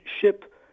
ship